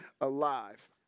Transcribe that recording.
alive